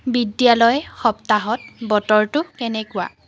বিদ্যালয় সপ্তাহত বতৰটো কেনেকুৱা